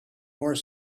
more